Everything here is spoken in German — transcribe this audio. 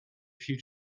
viel